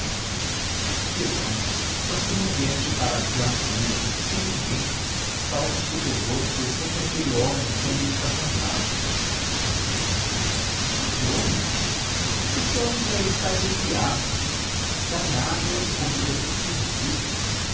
perdão mas tu não vieste para aqui à toa sem ninguém salvo se o teu dono foi sempre aquele homem que ali está sentado que dono esse homem que aí está é meu criado dá-me água e comida todos os dias